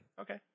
Okay